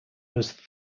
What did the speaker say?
was